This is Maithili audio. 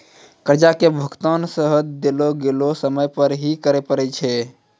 कर्जा के भुगतान सेहो देलो गेलो समय मे ही करे पड़ै छै